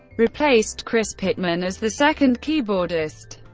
replaced chris pitman as the second keyboardist.